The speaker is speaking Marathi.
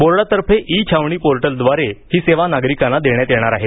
बोर्डातर्फे ई छावणी पोर्टलद्वारे ही सेवा नागरिकांना देण्यात येणार आहे